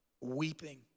Weeping